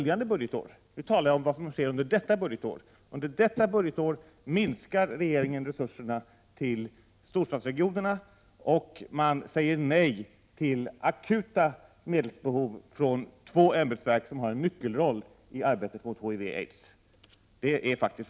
Jag talar om vad som sker under innevarande budgetår, under vilket regeringen minskar resurserna till storstadsregionerna och säger nej till att tillgodose akuta medelsbehov från två ämbetsverk som har en nyckelroll i arbetet mot HIV-smitta och aids.